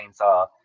Chainsaw